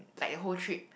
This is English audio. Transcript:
like a whole trip